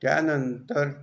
त्यानंतर